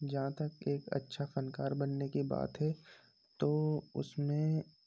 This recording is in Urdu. جہاں تک ایک اچھا فنکار بننے کی بات ہے تو اُس میں